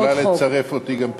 את יכולה לצרף אותי גם מכאן.